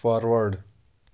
forward